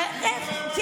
איך אני יודע,